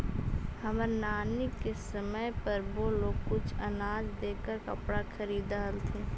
हमर नानी के समय पर वो लोग कुछ अनाज देकर कपड़ा खरीदअ हलथिन